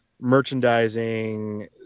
merchandising